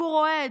סיקור אוהד.